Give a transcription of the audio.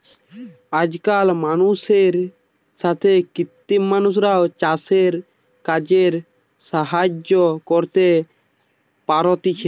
আজকাল মানুষের সাথে কৃত্রিম মানুষরাও চাষের কাজে সাহায্য করতে পারতিছে